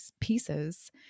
pieces